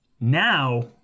Now